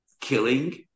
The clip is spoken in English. killing